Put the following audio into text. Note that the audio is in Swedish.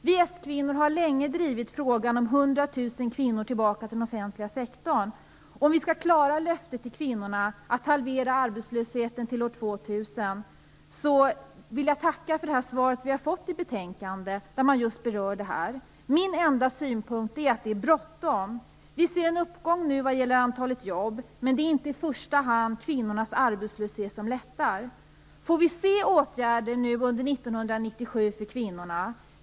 Vi s-kvinnor har länge drivit frågan om 100 000 kvinnor tillbaka till den offentliga sektorn, för att klara löftet till kvinnorna om att halvera arbetslösheten till år 2000. Jag vill tacka för svaret i betänkandet, som just berör det här. Min enda synpunkt är att det är bråttom. Vi ser en uppgång nu vad gäller antalet jobb. Men det är inte i första hand kvinnornas arbetslöshet som lättar. Får vi se åtgärder under 1997 för kvinnorna?